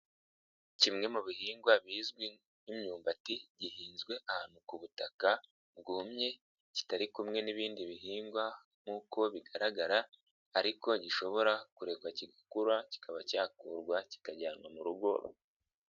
Kimwe mu bihingwa bizwi nk'imyumbati gihinzwe ahantu ku butaka bwumye kitari kumwe n'ibindi bihingwa nk'uko bigaragara ariko gishobora kurekwa kigakura kikaba cyakurwa kikajyanwa mu rugo.